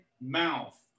mouth